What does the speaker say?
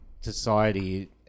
society